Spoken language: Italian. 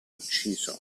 ucciso